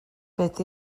beth